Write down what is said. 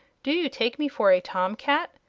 do you take me for a tom-cat?